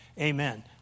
amen